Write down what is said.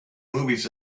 movies